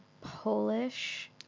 Polish